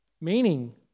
meaning